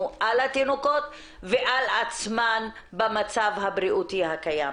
על התינוקות ועל עצמן במצב הבריאותי הקיים?